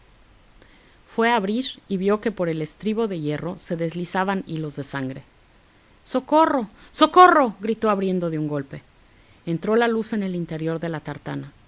fue a abrir y vio que por el estribo de hierro se deslizaban hilos de sangre socorro socorro gritó abriendo de un golpe entró la luz en el interior de la tartana